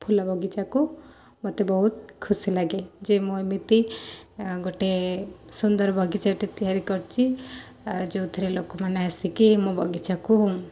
ଫୁଲ ବଗିଚାକୁ ମୋତେ ବହୁତ ଖୁସି ଲାଗେ ଯେ ମୁଁ ଏମିତି ଗୋଟେ ସୁନ୍ଦର ବଗିଚାଟେ ତିଆରି କରଛି ଯେଉଁଥିରେ ଲୋକମାନେ ଆସିକି ମୋ ବଗିଚାକୁ